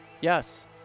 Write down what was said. Yes